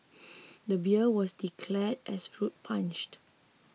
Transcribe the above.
the beer was declared as fruit punched